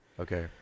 okay